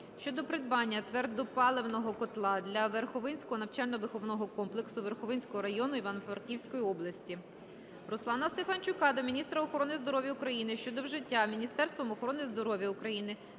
щодо придбання твердопаливного котла для Верховинського навчально-виховного комплексу, Верховинського району, Івано-Франківської області. Руслана Стефанчука до міністра охорони здоров'я України щодо вжиття Міністерством охорони здоров'я України